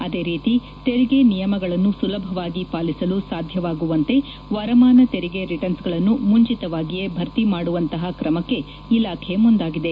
ಅದೇ ರೀತಿ ತೆರಿಗೆ ನಿಯಮಗಳನ್ನು ಸುಲಭವಾಗಿ ಪಾಲಿಸಲು ಸಾಧ್ಯವಾಗುವಂತೆ ವರಮಾನ ತೆರಿಗೆ ರಿಟರ್ನ್ಗಳನ್ನು ಮುಂಚಿತವಾಗಿಯೇ ಭರ್ತಿ ಮಾಡುವಂತಹ ಕ್ರಮಕ್ಕೆ ಇಲಾಖೆ ಮುಂದಾಗಿದೆ